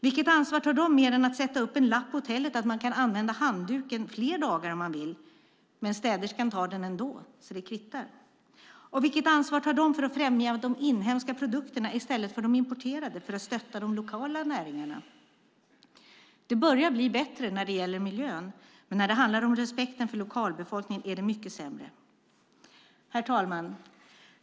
Vilket ansvar tar de, mer än att sätta upp en lapp på hotellet att man kan använda handduken fler dagar om man vill? Men städerskan tar den ändå inte, så det kvittar. Och vilket ansvar tar de för att främja de inhemska produkterna i stället för de importerade, för att stötta de lokala näringarna? Det börjar bli bättre när det gäller miljön, men när det handlar om respekten för lokalbefolkningen är det mycket sämre. Herr talman!